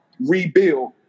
rebuild